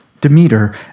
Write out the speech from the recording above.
Demeter